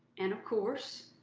and, of course,